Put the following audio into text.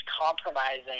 compromising